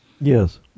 Yes